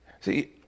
See